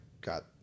got